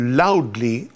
loudly